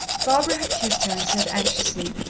barbara had kissed her and said anxiously,